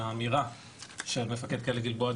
על האמירה של מפקד כלא גלבוע,